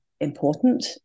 important